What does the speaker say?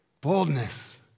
Boldness